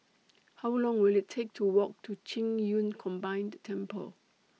How Long Will IT Take to Walk to Qing Yun Combined Temple